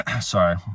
sorry